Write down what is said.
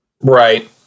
right